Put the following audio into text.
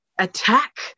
attack